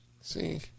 See